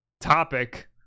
topic